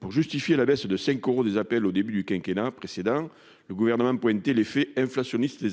pour justifier la baisse de cinq euros des APL au début du quinquennat précédent, le Gouvernement pointait leur effet inflationniste.